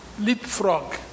leapfrog